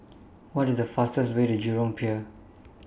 What IS The fastest Way to Jurong Pier